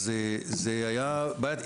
אז זו הייתה בעיה.